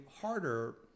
harder